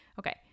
Okay